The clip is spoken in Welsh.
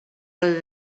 oedd